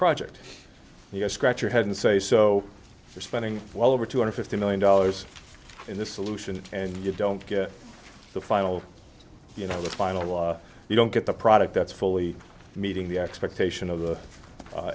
project scratch your head and say so you're spending well over two hundred fifty million dollars in this solution and you don't get the final you know the final law you don't get the product that's fully meeting the expectation of the